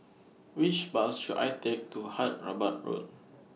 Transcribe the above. Which Bus should I Take to Hyderabad Road